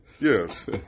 Yes